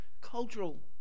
Cultural